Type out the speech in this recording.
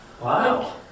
Wow